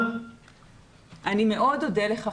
מאוד אודה לך,